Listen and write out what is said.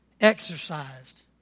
exercised